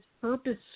purpose